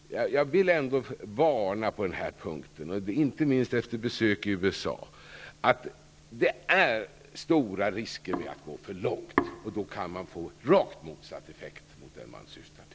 Jag vill ändå på denna punkt varna, inte minst efter besök i USA, för att det ligger stora risker i att gå för långt. Då kan man få en effekt som är rakt motsatt den man syftar till.